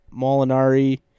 Molinari